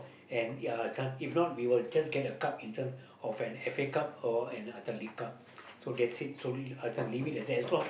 and ya uh this one if not we'll just get a cup in terms of an F_A-Cup or no Atlantic cup that's it so l~ I just want to leave it at that as long